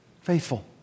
Faithful